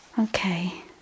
Okay